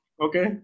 Okay